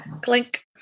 clink